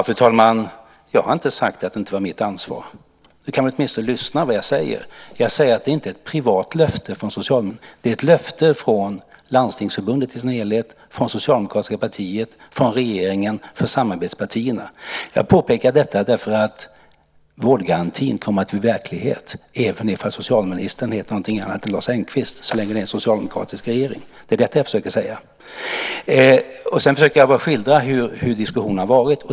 Fru talman! Jag har inte sagt att det inte var mitt ansvar. Du kan väl åtminstone lyssna på vad jag säger. Jag säger att det inte är ett privat löfte från socialministern, utan det är ett löfte från Landstingsförbundet i dess helhet, från det socialdemokratiska partiet, från regeringen och från samarbetspartierna. Jag påpekar detta därför att vårdgarantin kommer att bli verklighet även om socialministern heter någonting annat än Lars Engqvist och så länge det är en socialdemokratisk regering. Det är vad jag försöker säga. Jag försökte bara skildra hur diskussionerna har varit.